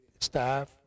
staff